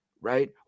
right